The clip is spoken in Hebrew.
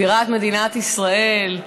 בירת מדינת ישראל,